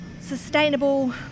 sustainable